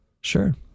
Sure